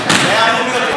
זה היה אמור להיות אצלי,